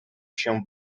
się